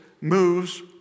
moves